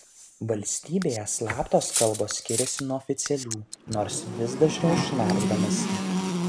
valstybėje slaptos kalbos skiriasi nuo oficialių nors vis dažniau šnabždamasi